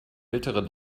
ältere